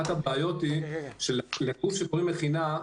אחת הבעיות היא שלגוף שקוראים מכינה,